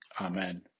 Amen